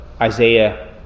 Isaiah